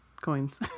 coins